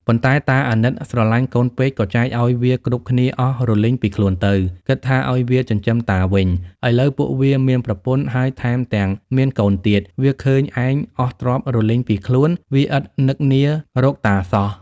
ប៉ុន្តែតាអាណិតស្រឡាញ់កូនពេកក៏ចែកឱ្យវាគ្រប់គ្នាអស់រលីងពីខ្លួនទៅ គិតថាឱ្យវាចិញ្ចឹមតាវិញ ឥឡូវពួកវាមានប្រពន្ធហើយថែមទាំងមានកូនទៀត វាឃើញឯងអស់ទ្រព្យរលីងពីខ្លួន វាឥតនឹកនារកតាសោះ។